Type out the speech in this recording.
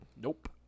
Nope